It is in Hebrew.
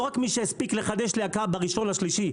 לא רק מי שהספיק לחדש להקה ב-1 במרץ.